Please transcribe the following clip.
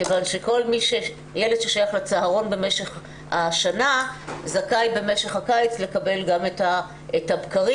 כיוון שכל ילד ששייך לצהרון במשך השנה זכאי במשך הקיץ לקבל גם את הבקרים